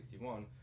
1961